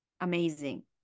amazing